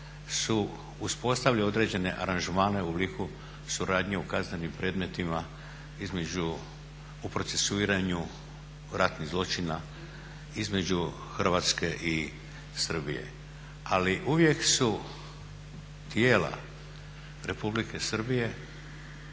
su uspostavili određene aranžmane u obliku suradnje u kaznenim predmetima između, u procesuiranju ratnih zločina između Hrvatske i Srbije. Ali uvijek su tijela Republike Srbije,